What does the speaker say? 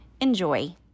Enjoy